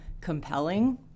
compelling